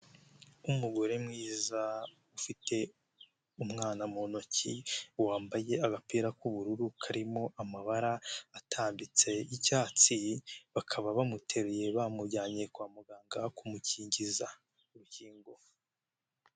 Umugore mwiza ufite umwana mu ntoki wambaye agapira k'ubururu karimo amabara atambitse y'icyatsi bakaba bamuteruye bamujyanye kwa muganga kumukingiza urukingo.